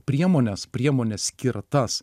priemones priemones skirtas